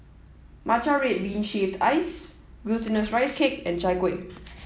Matcha Red Bean shaved ice glutinous rice cake and Chai Kuih